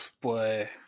Boy